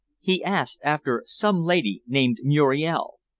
he asked after some lady named muriel.